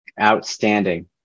Outstanding